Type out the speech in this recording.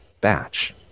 batch